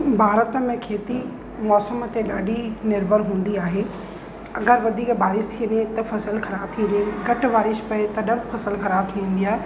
भारत में खेती मौसम ते ॾाढी निर्भर हूंदी आहे अगरि वधीक बारिश थींदी त फ़सुलु ख़राब थी वेंदी घटि बारिश पए तॾहिं बि फ़सुलु ख़राब थी वेंदी आहे